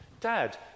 Dad